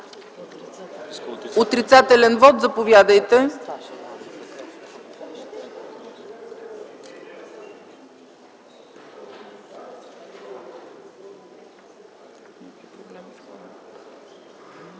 Отрицателен вот – заповядайте.